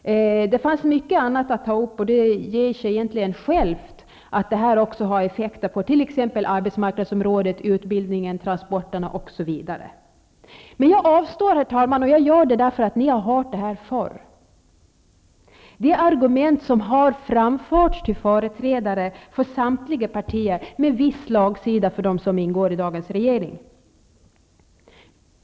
Det finns mycket annat att ta upp, och det ger sig egentligen självt att det här har effekter också på t.ex. arbetsmarknadsområdet, utbildningen och transporterna. Men jag avstår, herr talman, och jag gör det därför att ni har hört det här förr. Det är argument som har framförts till företrädare för samtliga partier, med viss slagsida för dem som ingår i dagens regering.